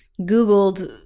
googled